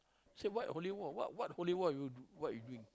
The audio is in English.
say what holy wall what what holy wall you what you doing